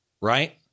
Right